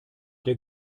der